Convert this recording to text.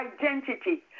identity